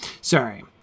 Sorry